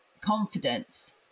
confidence